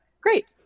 great